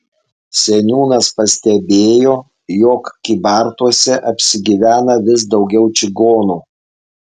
seniūnas pastebėjo jog kybartuose apsigyvena vis daugiau čigonų